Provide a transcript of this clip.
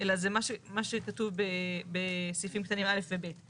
אלא מה שכתוב בסעיפים קטנים א' ו-ב'.